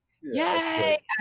Yay